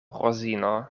rozino